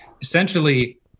Essentially